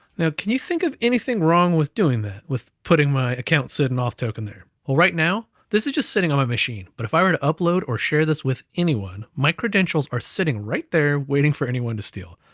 now can you think of anything wrong with doing that with putting my account sid and auth token there? well, right now this is just sitting on my machine, but if i were to upload, or share this with anyone, my credentials are sitting right there waiting for anyone to steal.